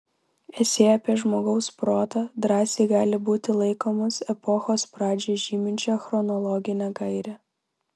esė apie žmogaus protą drąsiai gali būti laikomas epochos pradžią žyminčia chronologine gaire